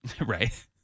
Right